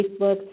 Facebook